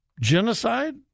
Genocide